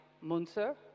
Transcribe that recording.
Munzer